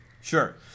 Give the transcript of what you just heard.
Sure